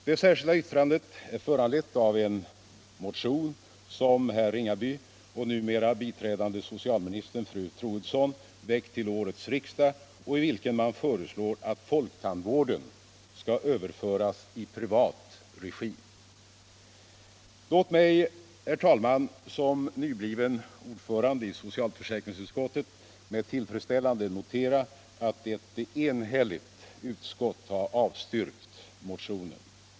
Det särskilda yttrandet är föranlett av en motion som herr Ringaby och numera biträdande socialministern fru Troedsson väckt till årets riksdag och i vilken man föreslår att folktandvården skall överföras i privat regi. Låt mig, herr talman, som nybliven ordförande i socialförsäkringsutskottet med tillfredsställelse notera att ett enhälligt utskott har avstyrkt motionen.